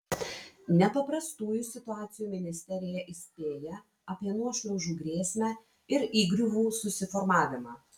nepaprastųjų situacijų ministerija įspėja apie nuošliaužų grėsmę ir įgriuvų susiformavimą